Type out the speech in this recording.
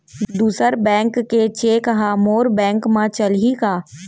दूसर बैंक के चेक ह मोर बैंक म चलही का?